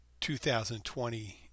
2020